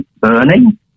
burning